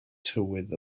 tywydd